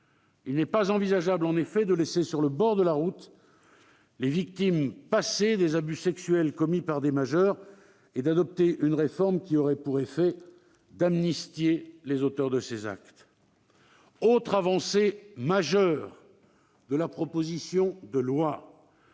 en effet pas envisageable de laisser sur le bord de la route les victimes passées d'abus sexuels commis par des majeurs, et d'adopter une réforme qui aurait pour conséquence d'amnistier les auteurs de ces actes. Autre avancée majeure, les viols